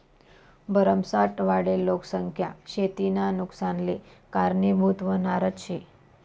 भरमसाठ वाढेल लोकसंख्या शेतीना नुकसानले कारनीभूत व्हनारज शे